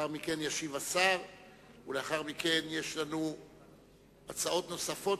לאחר מכן ישיב השר ולאחר מכן יש לנו הצעות נוספות,